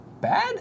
bad